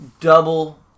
double